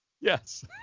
Yes